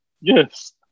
Yes